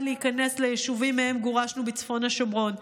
להיכנס ליישובים שמהם גורשנו בצפון השומרון.